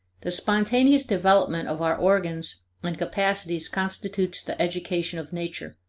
the spontaneous development of our organs and capacities constitutes the education of nature.